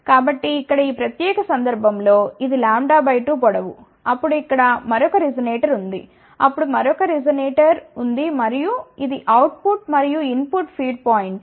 కాబట్టి ఇక్కడ ఈ ప్రత్యేక సందర్భం లో ఇది λ 2 పొడవు అప్పుడు ఇక్కడ మరొక రెసొనేటర్ ఉంది అప్పుడు మరొక రెసొనేటర్ ఉంది మరియు ఇది అవుట్ పుట్ మరియు ఇన్ పుట్ ఫీడ్ పాయింట్లు